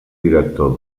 director